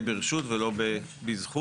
אני לא מבין מה הבעיה.